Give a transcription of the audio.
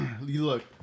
look